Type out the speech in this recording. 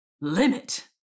Limit